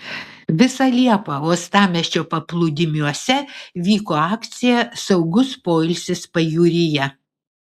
visą liepą uostamiesčio paplūdimiuose vyko akcija saugus poilsis pajūryje